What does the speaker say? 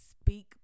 Speak